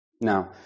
Now